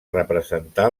representar